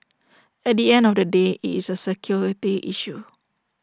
at the end of the day IT is A security issue